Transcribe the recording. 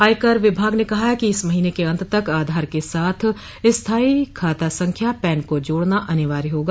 आयकर विभाग ने कहा कि इस महीने के अंत तक आधार के साथ स्थाई खाता संख्या पैन को जोड़ना अनिवार्य होगा